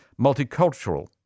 Multicultural